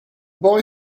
boy